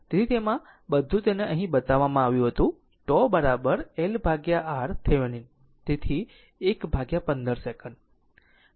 તેથી તેમાં બધું તેને અહીં બતાવવામાં આવ્યું હતું τ LRThevenin તેથી 115 સેકન્ડ